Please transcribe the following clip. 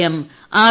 M R